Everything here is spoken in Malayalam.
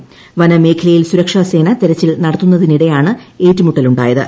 മ്ന്റ് മേഖലയിൽ സുരക്ഷാസേന തെരച്ചിൽ നടത്തു്ന്നതിനിടെയാണ് ഏറ്റുമുട്ടലുണ്ടായത്